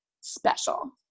special